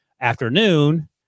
afternoon